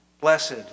Blessed